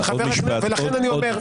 לכן אני אומר,